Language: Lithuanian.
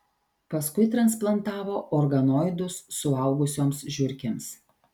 paskui transplantavo organoidus suaugusioms žiurkėms